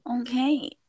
Okay